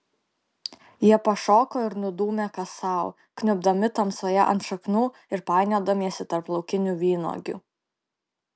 jie pašoko ir nudūmė kas sau kniubdami tamsoje ant šaknų ir painiodamiesi tarp laukinių vynuogių